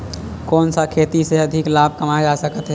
कोन सा खेती से अधिक लाभ कमाय जा सकत हे?